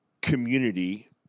community